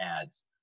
ads